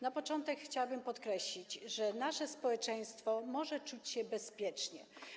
Na początek chciałabym podkreślić, że nasze społeczeństwo może czuć się bezpiecznie.